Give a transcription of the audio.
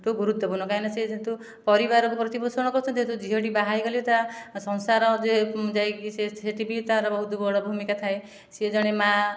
ଠୁ ଗୁରୁତ୍ୱପୂର୍ଣ୍ଣ କାହିଁକି ନା ସେ ଯେହେତୁ ପରିବାର ପ୍ରତିପୋଷଣ କରୁଛନ୍ତି ଯେହେତୁ ଝିଅଟି ବାହା ହୋଇଗଲେ ତା ସଂସାର ଯେ ଯାଇକି ସେ ସେଠି ବି ତା'ର ବହୁତ ବଡ଼ ଭୂମିକା ଥାଏ ସେ ଜଣେ ମା